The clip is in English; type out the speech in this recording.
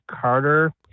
Carter